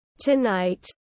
tonight